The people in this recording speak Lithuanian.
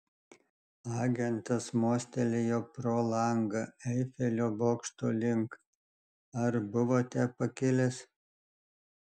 agentas mostelėjo pro langą eifelio bokšto link ar buvote pakilęs